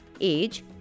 age